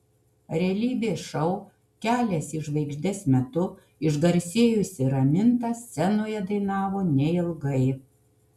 realybės šou kelias į žvaigždes metu išgarsėjusi raminta scenoje dainavo neilgai